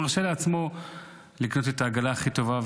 הוא מרשה לעצמו לקנות את העגלה הכי טובה,